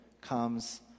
comes